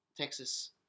Texas